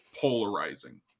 polarizing